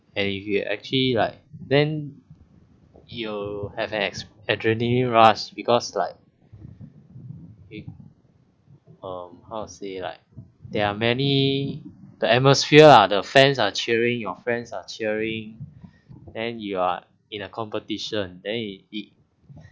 and if you actually like then you have ex adrenaline rush because like it um how to say like there are many the atmosphere ah the fans are cheering your friends are cheering then you are in a competition then it